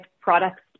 products